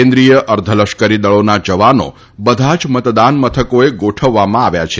કેન્દ્રીય અર્ધલશ્કરી દળોના જવાનો બધા જ મતદાન મથકોએ ગોઠવવામાં આવ્યા છે